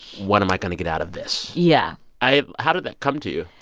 what am i going to get out of this? yeah i've how did that come to you?